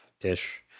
ish